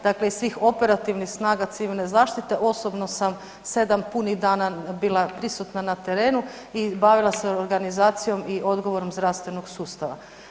Dakle, iz svih operativnih snaga civilne zaštite osobno sam 7 punih dana bila prisutna na terenu i bavila se organizacijom i odgovorom zdravstvenog sustava.